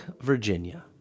Virginia